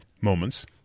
moments